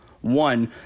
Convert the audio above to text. One